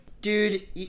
dude